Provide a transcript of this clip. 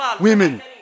Women